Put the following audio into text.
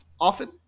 often